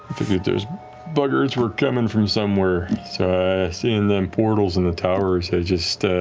figured those buggers were coming from somewhere, so seeing them portals in the towers, i just,